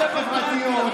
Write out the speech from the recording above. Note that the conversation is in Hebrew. לא דואג.